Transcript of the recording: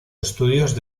estudios